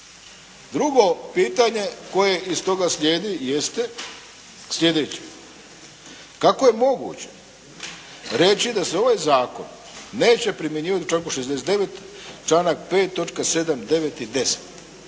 Drugo pitanje koje iz toga sljedi jeste sljedeće. Kako je moguće reći da se ovaj zakon neće primjenjivati u članku 69.